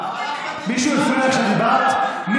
מישהו הפריע לך כשדיברת?